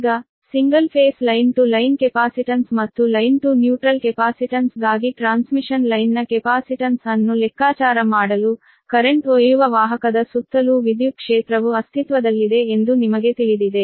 ಈಗ single phase line to line capacitance ಮತ್ತು line to neutral capacitance ಗಾಗಿ transmission ಲೈನ್ನ ಕೆಪಾಸಿಟನ್ಸ್ ಅನ್ನು ಲೆಕ್ಕಾಚಾರ ಮಾಡಲು ಕರೆಂಟ್ ಒಯ್ಯುವ ವಾಹಕದ ಸುತ್ತಲೂ ವಿದ್ಯುತ್ ಕ್ಷೇತ್ರವು ಅಸ್ತಿತ್ವದಲ್ಲಿದೆ ಎಂದು ನಿಮಗೆ ತಿಳಿದಿದೆ